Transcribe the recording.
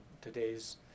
today's